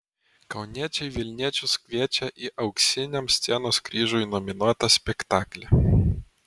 kauniečiai vilniečius kviečia į auksiniam scenos kryžiui nominuotą spektaklį